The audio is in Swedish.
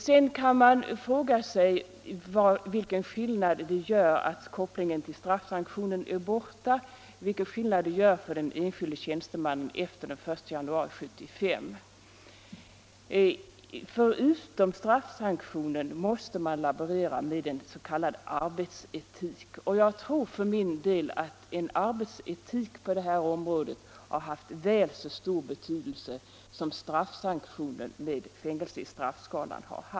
Vidare kan man fråga sig vilken skillnad det gör för den enskilde tjänstemannen att kopplingen till straffsanktionen avskaffas den 1 januari 1975. Förutom straffsanktionen måste man nämligen laborera med begreppet arbetsetik. Jag tror för min del att arbetsetiken på detta område har väl så stor betydelse som straffsanktioner med fängelse i straffskalan.